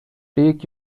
take